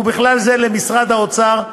ובכלל זה למשרד האוצר,